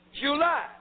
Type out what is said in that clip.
July